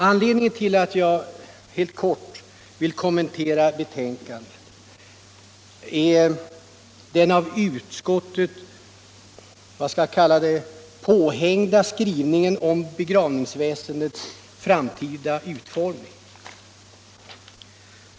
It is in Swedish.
Anledningen till att jag helt kort vill kommentera betänkandet är den av utskottet påhängda skrivningen om begravningsväsendets framtida utformning.